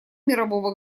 мирового